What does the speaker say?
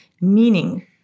Meaning